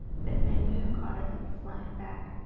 but menw caught it and flung it back,